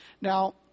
Now